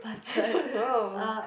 I don't know